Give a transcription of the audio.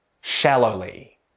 shallowly